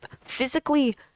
physically